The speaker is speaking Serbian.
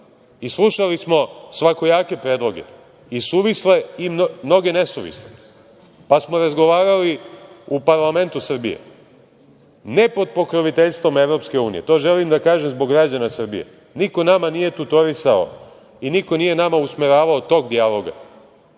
i slušali smo svakojake predloge i suvisle i mnoge nesuvisle, pa smo razgovarali u parlamentu Srbije, ne pod pokroviteljstvom EU, to želim da kažem zbog građana Srbije. Niko nama nije tutorisao i niko nije nama usmeravao tog dijaloga.